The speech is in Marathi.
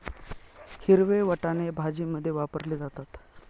हिरवे वाटाणे भाजीमध्ये वापरले जातात